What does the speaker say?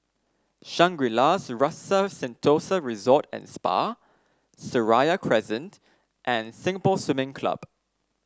Shangri La's Rasa Sentosa Resort and Spa Seraya Crescent and Singapore Swimming Club